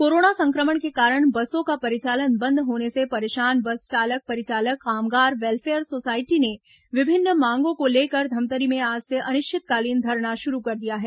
corona संक्रमण के कारण बसों का परिचालन बंद होने से परेशान बस चालक परिचालक कामगार वेल्फेयर सोसायटी ने विभिन्न मांगों को लेकर धमतरी में आज से अनिश्चितकालीन धरना शुरू कर दिया है